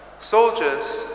Soldiers